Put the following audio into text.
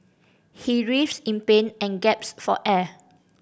he writhed in pain and gasped for air